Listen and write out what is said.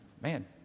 man